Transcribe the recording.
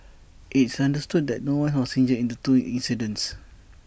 it's understood that no one was injured in the two accidents